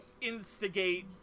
instigate